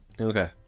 Okay